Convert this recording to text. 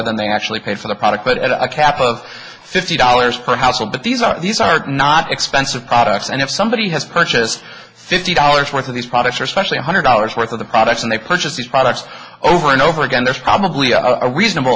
than they actually paid for the product but at a cap of fifty dollars per household that these are these are not expensive products and if somebody has purchased fifty dollars worth of these products or especially hundred dollars worth of the products and they purchase these products over and over again there's probably a reasonable